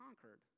conquered